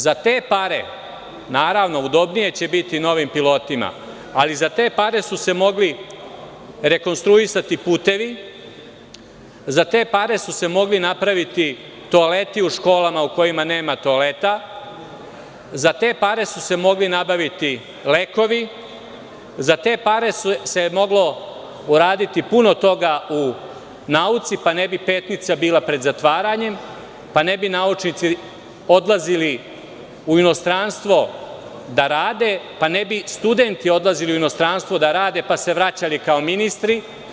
Za te pare, naravno, udobnije će biti novim pilotima, ali za te pare su se mogli rekonstruisati putevi, za te pare su se mogli napraviti toaleti u školama u kojima nema toaleta, za te pare su se mogli nabaviti lekovi, za te pare se moglo uraditi puno toga u nauci, pa ne bi Petnica bila pred zatvaranjem, pa ne bi naučnici odlazili u inostranstvo da rade, pa ne bi studenti odlazili u inostranstvo da rade, pa se vraćali kao ministri.